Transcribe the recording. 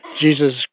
Jesus